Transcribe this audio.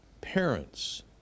parents